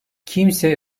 kimse